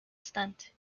stunt